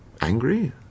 angry